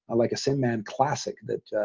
like a sing man classic that ah,